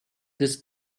this